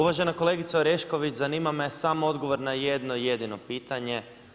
Uvažena kolegice Orešković, zanima me samo odgovor na jedno jedino pitanje.